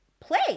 play